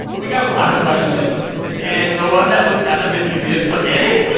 we got a lot of questions so yeah and the one that was kind of the easiest to manage.